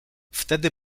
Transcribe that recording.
wtedy